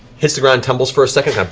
hits the ground, tumbles for a second,